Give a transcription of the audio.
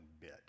bit